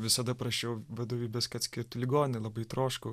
visada prašiau vadovybės kad skirtų į ligoninę labai troškau